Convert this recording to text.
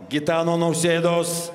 gitano nausėdos